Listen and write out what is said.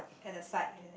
at the side is it